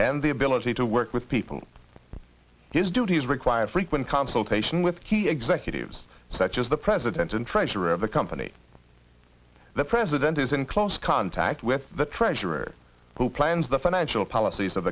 and the ability to work with people his duties require frequent consultation with key executives such as the president and treasurer of the company the then he is in close contact with the treasurer who plans the financial policies of